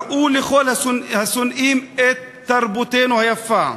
הראו לכל השונאים את תרבותנו היפה.